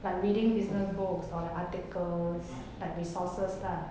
like reading business books or like articles like resources lah